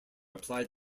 applied